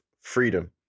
freedom